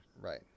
right